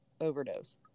overdose